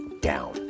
down